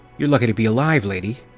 you're lucky to be alive, lady!